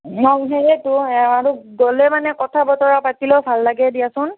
অঁ সেইয়েতো আৰু গ'লে মানে কথা বতৰা পাতিলেও ভাল লাগে দিয়াচোন